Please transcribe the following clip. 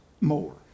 more